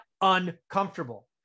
uncomfortable